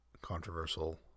controversial